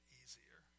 easier